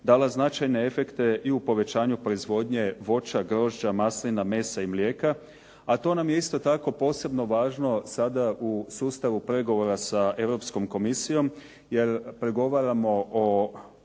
dala značajne efekte i u povećanju proizvodnje voća, grožđa, maslina, mesa i mlijeka. A to nam je isto tako posebno važno sada u sustavu pregovora sa europskom komisijom jer pregovaramo o